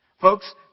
Folks